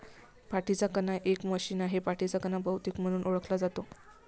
पाठीचा कणा एक मशीन आहे, पाठीचा कणा बहुतेक म्हणून ओळखला जातो